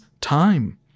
Time